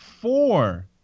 four